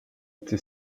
été